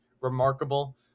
remarkable